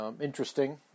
interesting